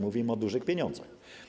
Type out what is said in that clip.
Mówimy o dużych pieniądzach.